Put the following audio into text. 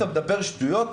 אתה מדבר שטויות,